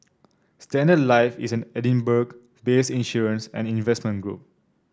Standard Life is an Edinburgh based insurance and investment group